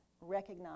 recognize